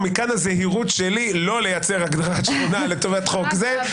ומכאן הזהירות שלי לא לייצר הגדרת שכונה לטובת חוק זה,